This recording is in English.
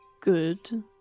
good